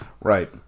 Right